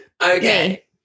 Okay